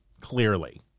Clearly